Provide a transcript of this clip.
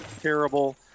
terrible